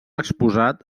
exposat